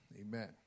amen